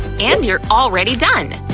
and you're already done!